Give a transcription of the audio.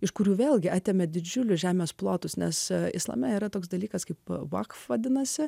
iš kurių vėlgi atėmė didžiulius žemės plotus nes islame yra toks dalykas kaip bako vadinasi